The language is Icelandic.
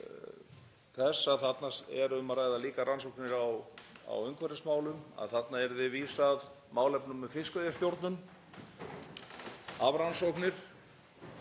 þess að þarna er um að ræða líka rannsóknir á umhverfismálum, að þangað yrði vísað málefnum um fiskveiðistjórn, hafrannsóknir,